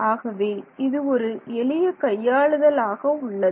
ஆகவே இது ஒரு எளிய கையாளுதல் ஆக உள்ளது